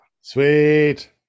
Sweet